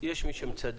יש מי שמצדד,